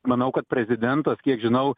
manau kad prezidentas kiek žinau